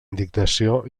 indignació